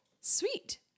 Sweet